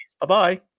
Bye-bye